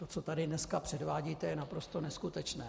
To, co tady dneska předvádíte, je naprosto neskutečné.